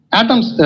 atoms